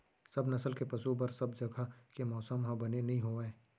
सब नसल के पसु बर सब जघा के मौसम ह बने नइ होवय